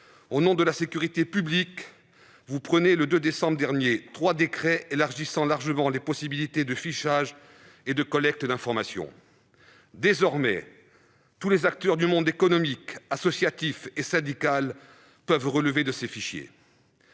au nom de la sécurité publique, vous avez pris, le 2 décembre dernier, trois décrets élargissant largement les possibilités de fichage et de collecte d'informations. Désormais, tous les acteurs du monde économique, associatif et syndical peuvent figurer dans ces fichiers.